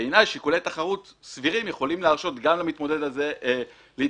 שבעיניי שיקולי תחרות סבירים יכולים להרשות גם למתמודד הזה להתמודד.